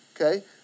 Okay